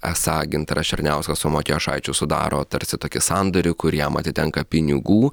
esą gintaras černiauskas su matijošaičiu sudaro tarsi tokį sandorį kur jam atitenka pinigų